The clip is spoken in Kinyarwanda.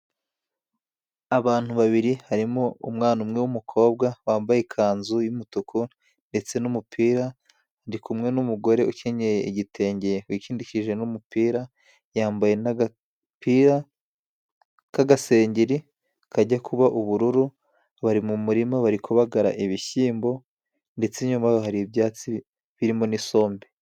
Abantu babiri harimo umwana umwe w'umukobwa wambaye ikanzu y'umutuku ndetse n'umupira, ari kumwe n'umugore ukenyeye igitenge wikindiki n'umupira, yambaye n'agapira k'agasengeri kajya kuba ubururu, bari mu murima bari kubabagara ibishyimbo, ndetse inyuma yabo hari ibyatsi birimo n'isombe.